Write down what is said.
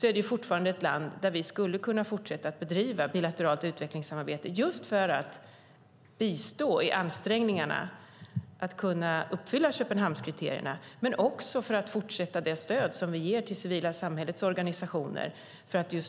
Det är fortfarande ett land där vi skulle kunna fortsätta att bedriva bilateralt utvecklingssamarbete, just för att bistå i ansträngningarna för att kunna uppfylla Köpenhamnskriterierna, och fortsätta att ge stöd till det civila samhällets organisationer